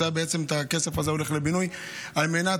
אז הכסף הזה בעצם